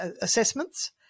assessments